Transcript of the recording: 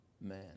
man